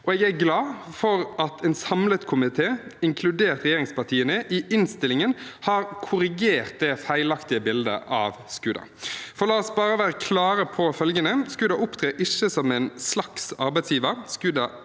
Jeg er glad for at en samlet komité, inkludert regjeringspartiene, i innstillingen har korrigert det feilaktige bildet av SKUDA. La oss bare være klare på følgende: SKUDA opptrer ikke som en slags arbeidsgiver,